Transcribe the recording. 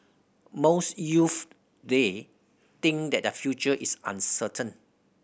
most youths day think that their future is uncertain